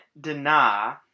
deny